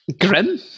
grim